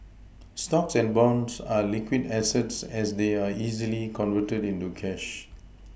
stocks and bonds are liquid assets as they are easily converted into cash